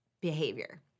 behavior